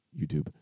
youtube